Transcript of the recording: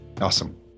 Awesome